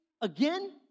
again